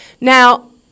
Now